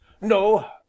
No